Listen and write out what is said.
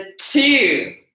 two